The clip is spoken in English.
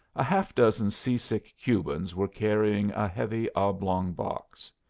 a half dozen sea-sick cubans were carrying a heavy, oblong box.